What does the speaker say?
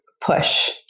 push